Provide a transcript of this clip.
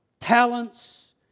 talents